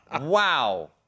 Wow